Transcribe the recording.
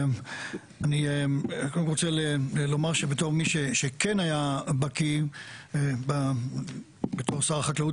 אני רוצה לומר שבתור מי שכן היה בקי בתור שר החקלאות